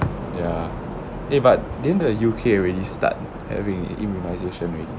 ya eh but then the U_K already start having immunisation already